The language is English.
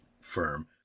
firm